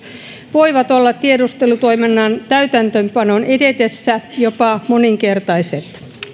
voivat olla tiedustelutoiminnan täytäntöönpanon edetessä jopa moninkertaiset